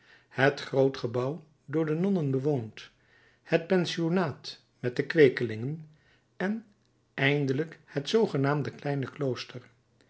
het groot gebouw door de nonnen bewoond het pensionaat met de kweekelingen en eindelijk het zoogenaamde kleine klooster